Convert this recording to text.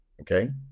okay